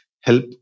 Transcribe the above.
help